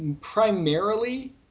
primarily